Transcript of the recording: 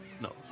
no